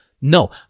No